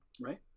right